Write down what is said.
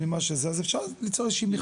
אז אפשר למצוא איזושהי מכפלה.